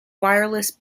wireless